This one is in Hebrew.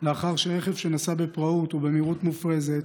לאחר שרכב שנסע בפראות ובמהירות מופרזת